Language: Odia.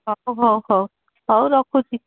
ହଉ ହଉ ହଉ ହଉ ରଖୁଛି